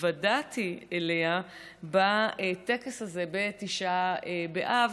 התוודעתי אליה בטקס הזה בתשעה באב,